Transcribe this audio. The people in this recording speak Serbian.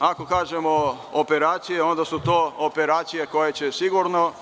Ako kažemo operacija, onda su to operacije koje će sigurno